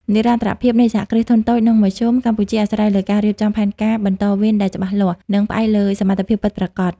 និរន្តរភាពនៃ សហគ្រាសធុនតូច និងមធ្យម កម្ពុជា អាស្រ័យលើការរៀបចំផែនការបន្តវេនដែលច្បាស់លាស់ និងផ្អែកលើសមត្ថភាពពិតប្រាកដ។